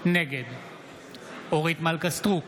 נגד אורית מלכה סטרוק,